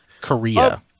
Korea